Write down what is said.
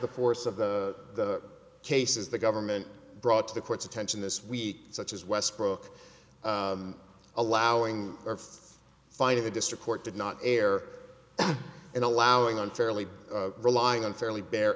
the force of the cases the government brought to the court's attention this week such as westbrook allowing or find the district court did not err in allowing unfairly relying unfairly bear